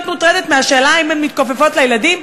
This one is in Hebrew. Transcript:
מוטרדת מהשאלה אם הן מתכופפות אל הילדים.